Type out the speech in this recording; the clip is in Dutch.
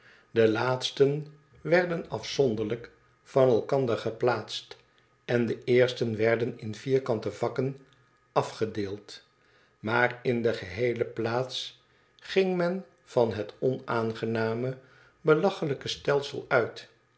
de laatsten werden afzonderlijk van elkander geplaatsten de eersten werden in vierkante vakken afgedeeld maar in de geheele plaats ging men van het onaangename belachelijke stelsel uit